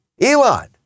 Elon